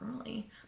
early